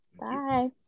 Bye